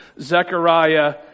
Zechariah